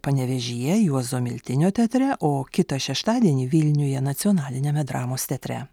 panevėžyje juozo miltinio teatre o kitą šeštadienį vilniuje nacionaliniame dramos teatre